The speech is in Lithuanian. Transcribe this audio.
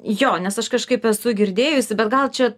jo nes aš kažkaip esu girdėjusi bet gal čia